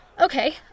Okay